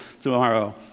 tomorrow